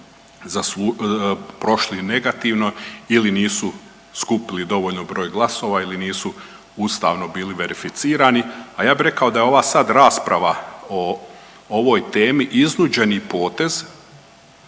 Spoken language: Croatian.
prošli negativno ili nisu skupili dovoljan broj glasova ili nisu ustavno bili verificirani. A ja bih rekao da je ova sad rasprava o ovoj temi iznuđeni potez